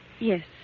Yes